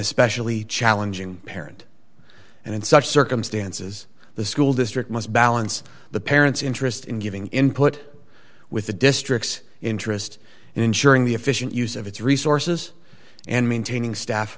especially challenging parent and in such circumstances the school district must balance the parent's interest in giving input with the district's interest and ensuring the efficient use of its resources and maintaining staff